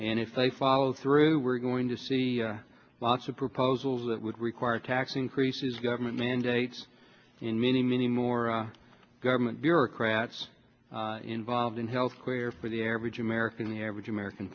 and if they follow through we're going to see lots of proposals that would require tax increases government mandates and many many more government bureaucrats involved in health care for the average american the average american